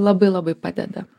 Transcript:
labai labai padeda